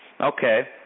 Okay